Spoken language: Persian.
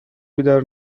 بیدار